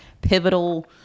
pivotal